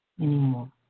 anymore